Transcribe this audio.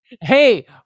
Hey